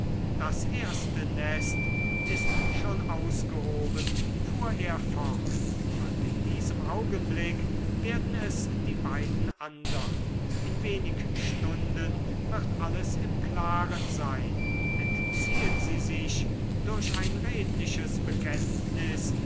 das erste nest ist schon ausgehoben fuhr er fort und in diesem augenblick werden es die beiden andern in wenig stunden wird alles im klaren sein entziehen sie sich durch ein redliches bekenntnis